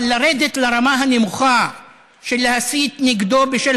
אבל לרדת לרמה הנמוכה של להסית נגדו בשל